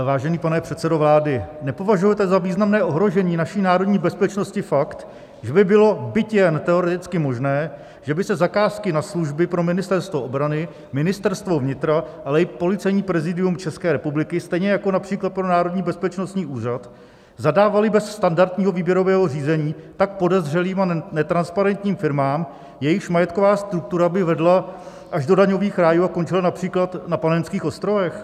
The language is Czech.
Vážený pane předsedo vlády, nepovažujete za významné ohrožení naší národní bezpečnosti fakt, že by bylo, byť jen teoreticky možné, že by se zakázky na služby pro Ministerstvo obrany, Ministerstvo vnitra, ale i Policejní prezidium České republiky, stejně jako například pro Národní bezpečnostní úřad, zadávaly bez standardního výběrového řízení tak podezřelým a netransparentním firmám, jejichž majetková struktura by vedla až do daňových rájů a končila například na Panenských ostrovech?